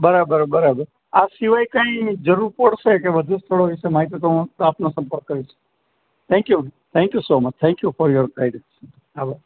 બરાબર બરાબર આ સિવાય કાંઈ જરૂર પડશે કે વધુ સ્થળો વિશે માહિતી તો હું આપનો સંપર્ક કરીશ thank you thank you so much thank you for your guidance hello